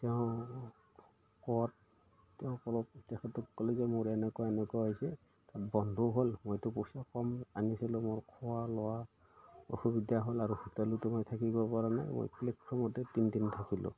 তেওঁ ক'ত তেওঁক অলপ তেখেতক ক'লোঁ যে মোৰ এনেকুৱা এনেকুৱা হৈছে বন্ধ হ'ল মইতো পইচা কম আনিছিলোঁ মোৰ খোৱা লোৱা অসুবিধা হ'ল আৰু হোটেলতো মই থাকিবপৰা নাই মই প্লেটফৰ্মতে তিনদিন থাকিলোঁ